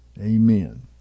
Amen